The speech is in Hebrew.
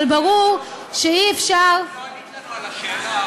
אבל ברור שאי-אפשר, לא ענית לנו על השאלה.